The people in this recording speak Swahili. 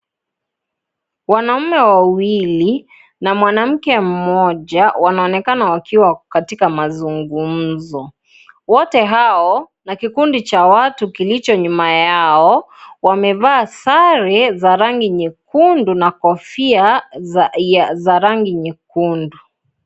Wanaume wawili na mwanamke Moja wanaonekana wakiwa katika mazungumzo. Wote hao na kikundi cha watu kilicho nyuma yao wamevaa sare za rangi nyekundu na kofia za rangi nyekundu